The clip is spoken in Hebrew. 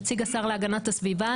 נציג השר להגנת הסביבה,